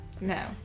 No